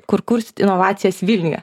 kur kursit inovacijas vilniuje